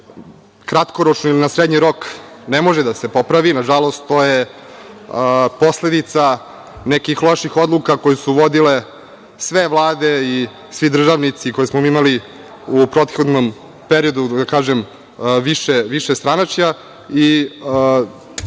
kratkoročno ili na srednji rok, ne može da se popravi, na žalost, to je posledica nekih loših odluka koje su vodile sve Vlade i svi državnici koje smo mi imali u prethodnom periodu, da kažem, više stranačka i